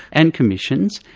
and commissions.